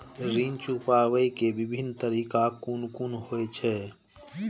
ऋण चुकाबे के विभिन्न तरीका कुन कुन होय छे?